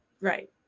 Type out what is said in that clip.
Right